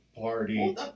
party